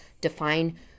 define